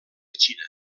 xina